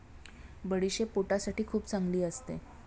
बडीशेप पोटासाठी खूप चांगली असते